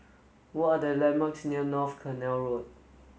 what are the landmarks near North Canal Road